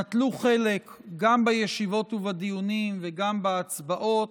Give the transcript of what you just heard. נטלו חלק גם בישיבות ובדיונים וגם בהצבעות.